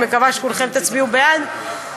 אני מקווה שכולכם תצביעו בעד,